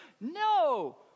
No